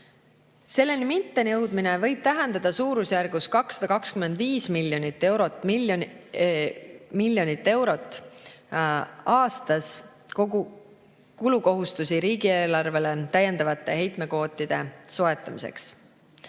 Selleni mittejõudmine võib tähendada suurusjärgus 225 miljonit eurot aastas kulukohustusi riigieelarvele täiendavate heitmekvootide soetamiseks. Oleme